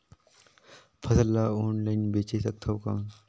फसल ला ऑनलाइन बेचे सकथव कौन?